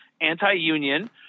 anti-union